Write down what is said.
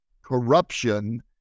corruption